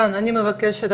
אני --- אני מבקשת,